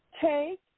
Take